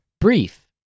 brief